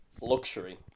luxury